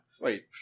wait